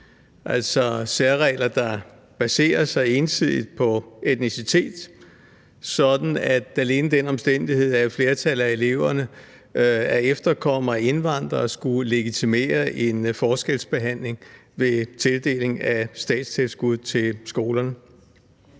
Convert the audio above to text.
altså særregler, der baserer sig ensidigt på etnicitet, sådan at alene den omstændighed, at et flertal af eleverne er efterkommere af indvandrere, skulle legitimere en forskelsbehandling ved tildeling af statstilskud til skolerne.